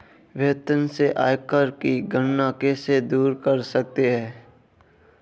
वेतन से आयकर की गणना कैसे दूर कर सकते है?